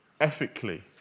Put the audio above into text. ethically